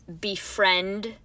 befriend